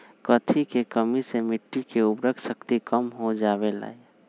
कथी के कमी से मिट्टी के उर्वरक शक्ति कम हो जावेलाई?